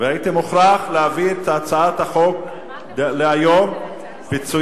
והייתי מוכרח להביא היום את הצעת החוק בדבר פיצויים